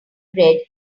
bread